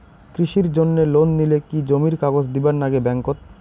কৃষির জন্যে লোন নিলে কি জমির কাগজ দিবার নাগে ব্যাংক ওত?